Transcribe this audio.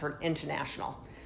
International